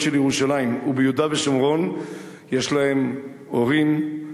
של ירושלים וביהודה ושומרון יש להם הורים,